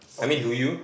okay